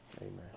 Amen